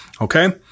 Okay